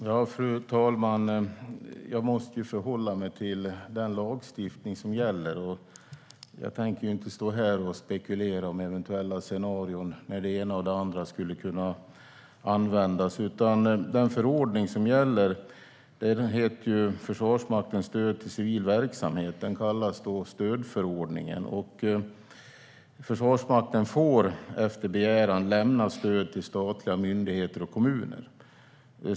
Fru talman! Jag måste förhålla mig till gällande lagstiftning. Jag tänker inte stå här och spekulera om eventuella scenarier när det ena eller det andra kan användas. Den förordning som gäller är Försvarsmaktens stöd till civil verksamhet. Den kallas stödförordningen. Försvarsmakten får efter begäran lämna stöd till statliga myndigheter samt kommuner.